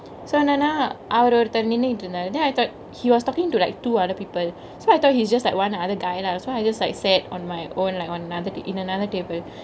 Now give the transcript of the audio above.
so என்னனா அவரு ஒருத்தரு நின்னுகிட்டு இருந்தாரு:ennenaa avaru orutharu ninnukittu irunthaaru then I thought he was talkingk to like two other people so I thought he's just like want the other guy lah so I just like sat on my own like on another in another table